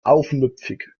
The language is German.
aufmüpfig